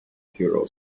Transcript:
hero